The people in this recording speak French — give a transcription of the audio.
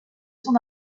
son